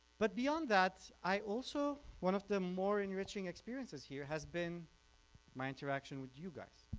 but beyond that i also, one of the more enriching experiences here has been my interaction with you guys.